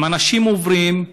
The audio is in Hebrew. אם אנשים עוברים,